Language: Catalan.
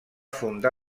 fundar